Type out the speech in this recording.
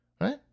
Right